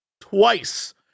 twice